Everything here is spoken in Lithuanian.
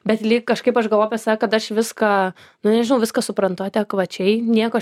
bet lyg kažkaip aš galvoju apie save kad aš viską nu nežinau viską suprantu adekvačiai nieko aš